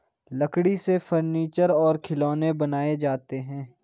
लकड़ी से फर्नीचर और खिलौनें बनाये जाते हैं